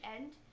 end